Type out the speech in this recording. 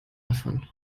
davon